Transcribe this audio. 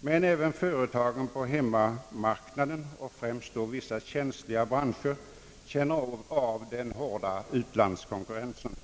men även företagen på hemmamarknaden — och främst då vissa känsliga branscher — känner av den hårda utlandskonkurrensen.